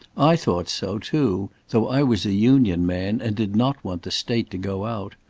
i thought so, too, though i was a union man and did not want the state to go out.